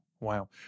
wow